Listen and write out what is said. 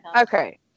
Okay